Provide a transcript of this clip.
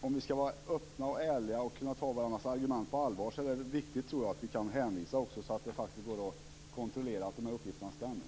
Om vi skall öppna och ärliga och kunna ta varandras argument på allvar är det viktigt att vi kan hänvisa så att det går att kontrollera att uppgifterna stämmer.